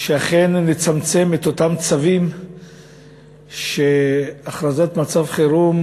שאכן נצמצם את אותם צווים שהכרזת מצב חירום